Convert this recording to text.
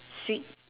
sweet